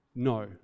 no